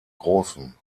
großen